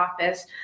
office